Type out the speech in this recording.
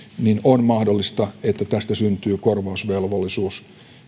niin on mahdollista että tästä syntyy korvausvelvollisuus